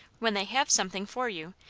when they have something for you,